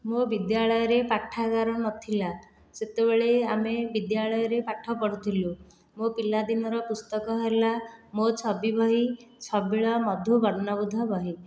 ମୋ ବିଦ୍ୟାଳୟରେ ପାଠାଗାର ନଥିଲା ସେତେବେଳେ ଆମେ ବିଦ୍ୟାଳୟରେ ପାଠ ପଢ଼ୁଥିଲୁ ମୋ ପିଲାଦିନର ପୁସ୍ତକ ହେଲା ମୋ ଛବି ବହି ଛବିଳ ମଧୁ ବର୍ଣ୍ଣବୋଧ ବହି